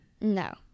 No